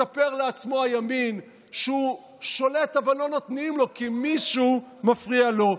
מספר לעצמו הימין שהוא שולט אבל לא נותנים לו כי מישהו מפריע לו.